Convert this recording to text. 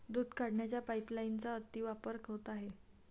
दूध काढण्याच्या पाइपलाइनचा अतिवापर होत आहे